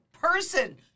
person